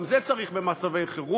גם זה צריך במצבי חירום,